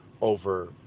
over